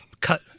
cut